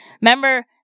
Remember